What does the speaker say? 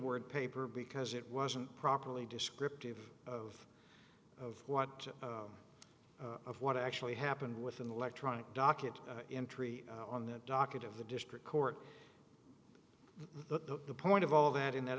word paper because it wasn't properly descriptive of of what of what actually happened within the electronic docket entry on the docket of the district court but the point of all that in that